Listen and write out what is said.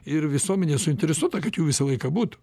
ir visuomenė suinteresuota kad jų visą laiką būtų